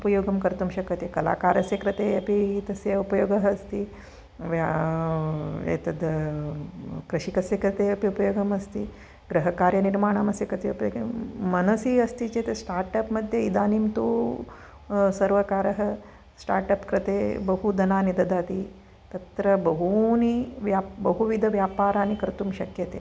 उपयोगं कर्तुं शक्यते कलाकारस्य कृते अपि तस्य उपयोगः अस्ति एतद् कृषिकस्य कृते अपि उपयोगम् अस्ति गृहकार्यनिर्माणस्य कृते मनसि अस्ति चेत् स्टार्टप् मध्ये इदानीं तु सर्वकारः स्टार्टप् कृते बहु धनानि ददाति तत्र बहूनि व्या बहुविधव्यापारानि कर्तुं शक्यते